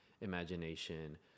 imagination